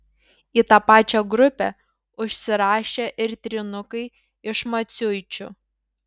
į tą pačią grupę užsirašė ir trynukai iš maciuičių